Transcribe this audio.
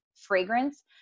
fragrance